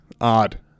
Odd